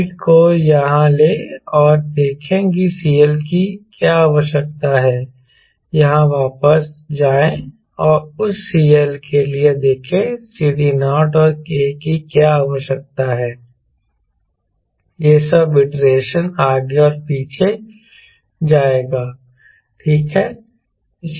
speed को यहां ले और देखें कि CL की क्या आवश्यकता है यहां वापस जाएं और उस CL के लिए देखें CD0 और K की क्या आवश्यकता है यह सब आइटरेशन आगे और पीछे जाएगा ठीक है